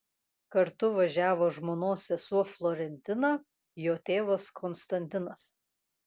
kartu važiavo žmonos sesuo florentina jo tėvas konstantinas